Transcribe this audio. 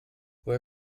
woher